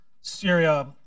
Syria